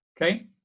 okay